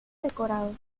decorados